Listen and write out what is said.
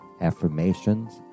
affirmations